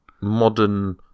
modern